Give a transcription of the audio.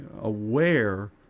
aware